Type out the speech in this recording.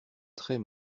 très